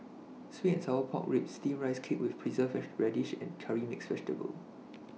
Sweet and Sour Pork Ribs Steamed Rice Cake with Preserved Radish and Curry Mixed Vegetable